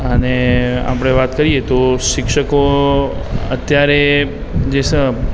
અને આપણે વાત કરીએ તો શિક્ષકો અત્યારે જે સ